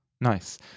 Nice